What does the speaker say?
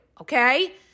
okay